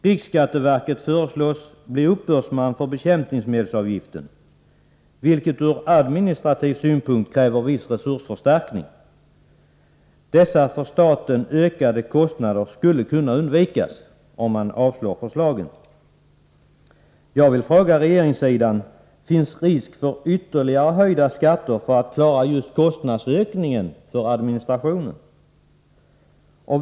Riksskatteverket föreslås bli uppbördsmyndighet för bekämpningsmedelsavgiften, vilket från administrativ synpunkt kräver viss resursförstärkning. Dessa för staten ökade kostnader skulle kunna undvikas, om riksdagen avslår förslaget. Jag vill fråga företrädarna för regeringssidan: Finns risk för ytterligare höjda skatter för att klara just kostnadsökningen för administrationen?